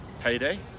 payday